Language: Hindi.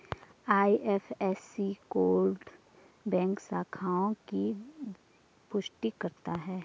आई.एफ.एस.सी कोड बैंक शाखाओं की पुष्टि करता है